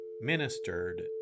ministered